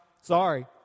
Sorry